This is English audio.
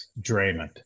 Draymond